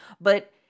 But-